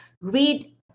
Read